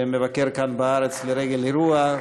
שמבקר כאן בארץ לרגל אירוע.